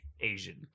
Asian